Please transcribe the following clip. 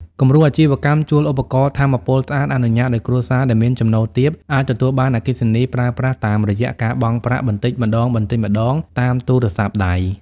គំរូអាជីវកម្មជួលឧបករណ៍ថាមពលស្អាត អនុញ្ញាតឱ្យគ្រួសារដែលមានចំណូលទាបអាចទទួលបានអគ្គិសនីប្រើប្រាស់តាមរយៈការបង់ប្រាក់បន្តិចម្ដងៗតាមទូរស័ព្ទដៃ។